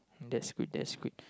that's good that's good